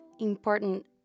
important